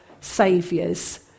saviors